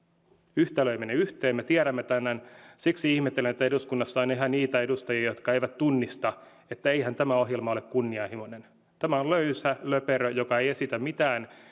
yhtälö ei mene yhteen me tiedämme tämän siksi ihmettelen että eduskunnassa on yhä niitä edustajia jotka eivät tunnista että eihän tämä ohjelma ole kunnianhimoinen tämä on löysä löperö joka ei esitä mitään